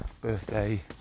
birthday